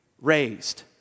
raised